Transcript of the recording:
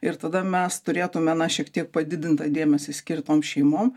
ir tada mes turėtume na šiek tiek padidintą dėmesį skirt tom šeimom